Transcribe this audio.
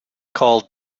called